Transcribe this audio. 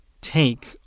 take